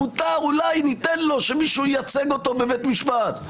אולי ניתן לו שמישהו ייצג אותו בבית משפט.